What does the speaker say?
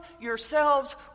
yourselves